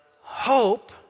hope